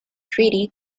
treaty